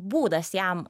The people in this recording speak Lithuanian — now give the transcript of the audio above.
būdas jam